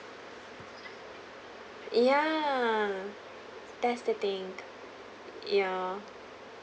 ya that's the thing ya